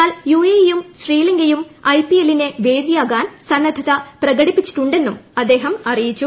എന്നാൽ യുഎഇ യും ശ്രീലങ്കയും ഐപിഎല്ലിന് വേദിയാകാൻ സന്നദ്ധത പ്രകടിപ്പിച്ചിട്ടുണ്ടെന്നും അദ്ദേഹം അറിയിച്ചു